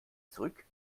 zurück